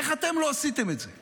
איך אתם לא עשיתם את זה?